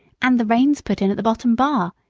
and the reins put in at the bottom bar.